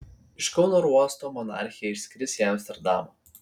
iš kauno oro uosto monarchė išskris į amsterdamą